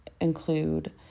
include